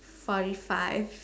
forty five